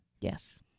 Yes